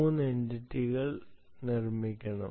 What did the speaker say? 3 എന്റിറ്റികൾ നിർമ്മിക്കണം